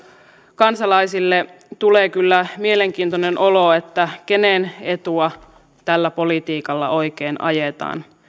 kansalaisille tulee mielenkiintoinen olo että kenen etua tällä politiikalla oikein ajetaan